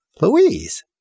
Louise